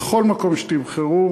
בכל מקום שתבחרו,